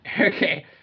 Okay